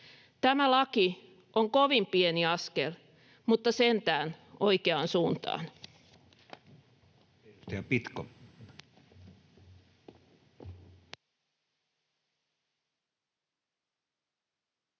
Tämä laki on kovin pieni askel, mutta sentään oikeaan suuntaan.